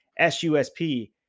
SUSP